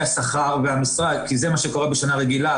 השכר והמשרה כי זה מה שקורה בשנה רגילה,